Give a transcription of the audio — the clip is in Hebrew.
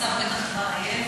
השר בטח כבר עייף.